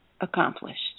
accomplished